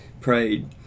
prayed